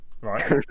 Right